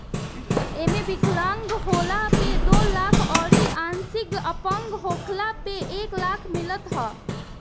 एमे विकलांग होखला पे दो लाख अउरी आंशिक अपंग होखला पे एक लाख मिलत ह